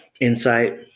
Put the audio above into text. insight